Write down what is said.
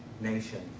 nation